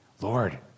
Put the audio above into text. lord